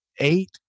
eight